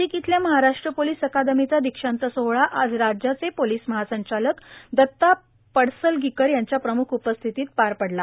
नाशिक इथल्या महाराष्ट्र पोलीस अकादमीचा दीक्षांत सोहोळा आज राज्याचे पोलीस महासंचालक दत्ता पाडसलगीकर यांच्या प्रमुख उपस्थितीत पार पडला